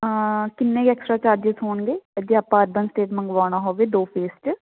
ਕਿੰਨੇ ਕੁ extra charges ਹੋਣਗੇ ਅੱਗੇ ਆਪਾਂ ਅਰਬਨ ਸਟੇਟ ਮੰਗਵਾਉਣਾ ਹੋਵੇ ਦੋ ਫੇਸ 'ਚ